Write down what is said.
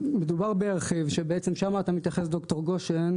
מדובר בירחיב, שבעצם שמה אתה מתייחס ד"ר גושן,